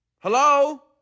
Hello